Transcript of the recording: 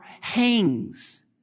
hangs